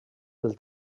del